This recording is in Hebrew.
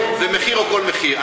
ומחיר או כל מחיר.